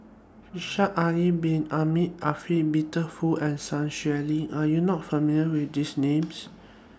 Shaikh Yahya Bin Ahmed Afifi Peter Fu and Sun Xueling Are YOU not familiar with These Names